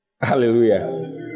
Hallelujah